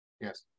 Yes